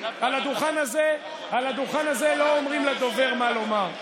על הדוכן הזה לא אומרים לדובר מה לומר,